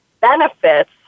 benefits